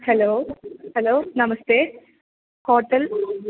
hello hello नमस्ते hotel